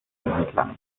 entlang